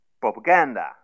propaganda